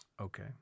okay